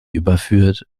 überführt